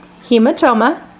hematoma